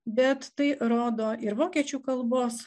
bet tai rodo ir vokiečių kalbos